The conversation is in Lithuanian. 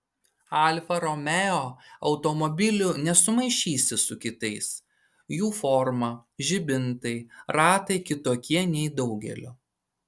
alfa romeo automobilių nesumaišysi su kitais jų forma žibintai ratai kitokie nei daugelio